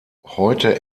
heute